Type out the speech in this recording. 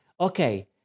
Okay